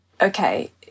okay